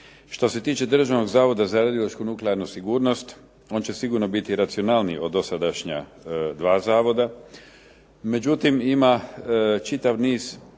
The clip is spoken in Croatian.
Što se tiče Državnog zavoda za radiološku i nuklearnu sigurnost, on će biti sigurno racionalniji od dosadašnja dva zavoda. Međutim, ima čitav niz